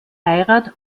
heirat